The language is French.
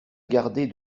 garder